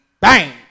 bang